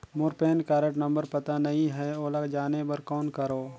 मोर PAN card number पता नहीं है, ओला जाने बर कौन करो?